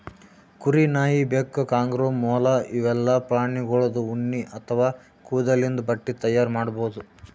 ಕುರಿ, ನಾಯಿ, ಬೆಕ್ಕ, ಕಾಂಗರೂ, ಮೊಲ ಇವೆಲ್ಲಾ ಪ್ರಾಣಿಗೋಳ್ದು ಉಣ್ಣಿ ಅಥವಾ ಕೂದಲಿಂದ್ ಬಟ್ಟಿ ತೈಯಾರ್ ಮಾಡ್ಬಹುದ್